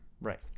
Right